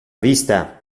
vista